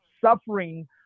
suffering